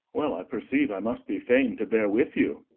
well, i perceive i must be fain to bear with you.